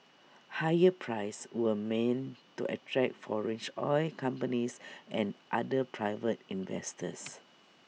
higher prices were meant to attract foreign oil companies and other private investors